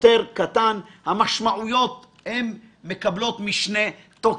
יותר קטן המשמעויות מקבלות משנה תוקף.